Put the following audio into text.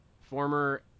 former